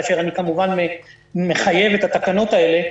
כאשר אני כמובן מחייב את התקנות האלה.